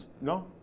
no